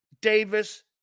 Davis